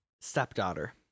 stepdaughter